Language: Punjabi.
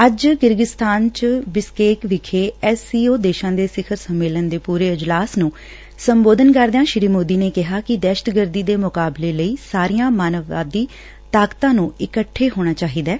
ਅੱਜ ਕਿਰਗਿਜ਼ਸਤਾਨ 'ਚ ਬਿਸ਼ਕੇਕ ਵਿਖੇ ਐਸ ਸੀ ਓ ਦੇਸ਼ਾਂ ਦੇ ਸਿਖਰ ਸੰਮੇਲਨ ਦੇ ਪੁਰੇ ਅਜਲਾਸ ਨੂੰ ਸੰਬੋਧਨ ਕਰਦਿਆਂ ਸ੍ਸੀ ਮੋਦੀ ਨੇ ਕਿਹਾ ਕਿ ਦਹਿਸ਼ਤਗਰਦੀ ਦੇ ਮੁਕਾਬਲੇ ਲਈ ਸਾਰੀਆਂ ਮਾਨਵਵਾਦੀ ਤਾਕਤਾਂ ਨੂੰ ਇਕੱਠੇ ਹੋਣਾ ਚਾਹੀਦੈ